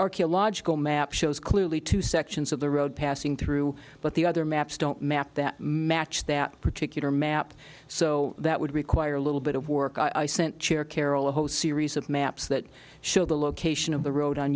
archaeological map shows clearly two sections of the road passing through but the other maps don't map that match that particular map so that would require a little bit of work i sent chair carol a whole series of maps that show the location of the road on